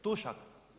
Tušak?